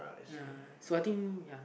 ya so I think ya